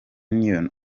union